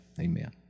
Amen